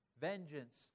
Vengeance